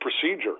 procedure